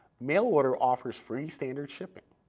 mail order offers free standard shipping.